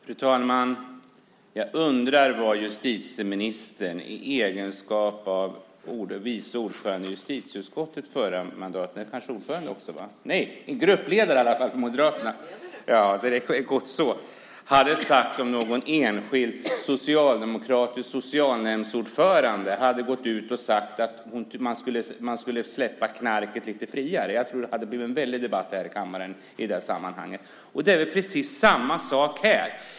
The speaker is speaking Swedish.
Fru talman! Jag undrar vad justitieministern i egenskap av gruppledare för Moderaterna förra perioden hade sagt om någon enskild socialdemokratisk socialnämndsordförande hade gått ut och sagt att man skulle släppa knarket lite friare. Jag tror att det hade blivit en väldig debatt här i kammaren i det sammanhanget. Det är väl precis samma sak här.